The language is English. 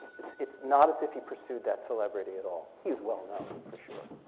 it's it's not as if he pursued that celebrity at all. he's well known, for sure.